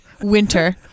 Winter